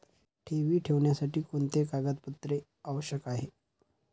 ठेवी ठेवण्यासाठी कोणते कागदपत्रे आवश्यक आहे?